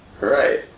Right